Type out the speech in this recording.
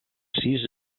sis